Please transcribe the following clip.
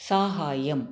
साहाय्यम्